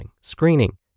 screening